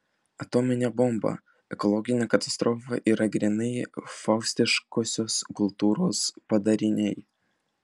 atominė bomba ekologinė katastrofa yra grynai faustiškosios kultūros padariniai